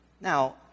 Now